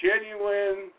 genuine